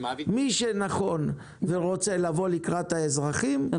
מי שנכון ורוצה לבוא לקראת האזרחים לא